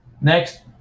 Next